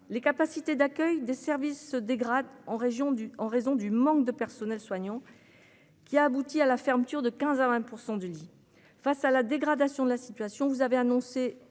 les capacités d'accueil des services se dégrade en région du en raison du manque de personnel soignant qui a abouti à la fermeture de 15 à 20 % du lit, face à la dégradation de la situation, vous avez annoncé,